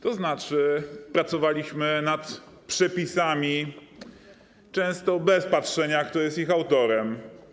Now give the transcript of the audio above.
To znaczy, pracowaliśmy nad przepisami często bez patrzenia na to, kto jest ich autorem.